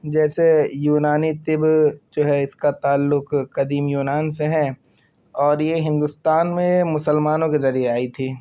جیسے یونانی طب جو ہے اس کا تعلق قدیم یونان سے ہے اور یہ ہندوستان میں مسلمانوں کے ذریعے آئی تھی